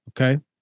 Okay